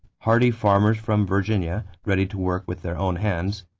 hardy farmers from virginia ready to work with their own hands,